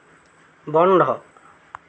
বন্ধ